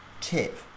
tip